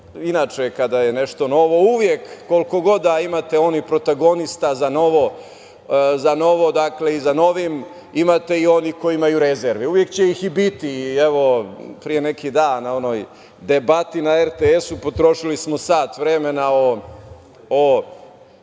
Inače, kada je nešto novo uvek, koliko god da imate onih protagonista za novo i za novim, imate i onih koji imaju rezerve. Uvek će ih i biti. Pre neki dan na onoj debati na RTS-u potrošili smo sat vremena o